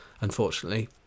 unfortunately